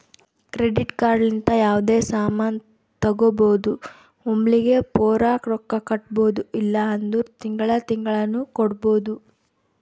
credit card ಲಿಂತ ಯಾವ್ದೇ ಸಾಮಾನ್ ತಗೋಬೋದು ಒಮ್ಲಿಗೆ ಪೂರಾ ರೊಕ್ಕಾ ಕೊಡ್ಬೋದು ಇಲ್ಲ ಅಂದುರ್ ತಿಂಗಳಾ ತಿಂಗಳಾನು ಕೊಡ್ಬೋದು